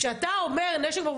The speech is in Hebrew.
כשאתה אומר נשק,